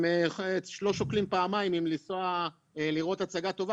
הם לא שוקלים פעמיים אם לנסוע לראות הצגה טובה